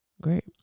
Great